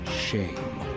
shame